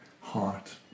heart